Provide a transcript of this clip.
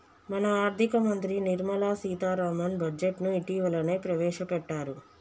మన ఆర్థిక మంత్రి నిర్మల సీతారామన్ బడ్జెట్ను ఇటీవలనే ప్రవేశపెట్టారు